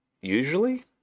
usually